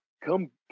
Come